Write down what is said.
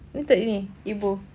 you tengok ini ibu